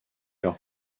leur